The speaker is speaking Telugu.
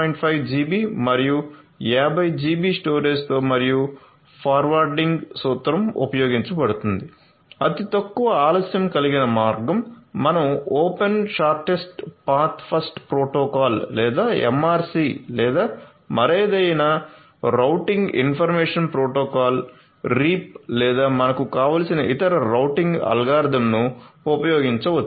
5 జిబి మరియు 50 జిబి స్టోరేజ్తో మరియు ఫార్వార్డింగ్ సూత్రం ఉపయోగించబడుతుంది అతి తక్కువ ఆలస్యం కలిగిన మార్గం మనం open shortest path first protocol లేదా MRC లేదా మరేదైనా రౌటింగ్ ఇన్ఫర్మేషన్ ప్రోటోకాల్ రీప్ లేదా మనకు కావలసిన ఇతర రౌటింగ్ అల్గారిథమ్ను ఉపయోగించవచ్చు